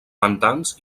pantans